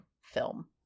film